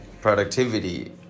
productivity